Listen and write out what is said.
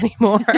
anymore